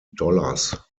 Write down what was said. dollars